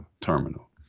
terminal